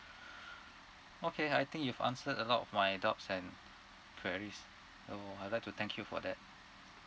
okay I think you've answered a lot of my doubts and queries so I'd like to thank you for that